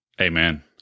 Amen